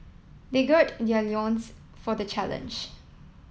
they gird their loins for the challenge